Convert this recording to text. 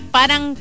parang